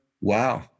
Wow